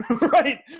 Right